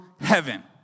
heaven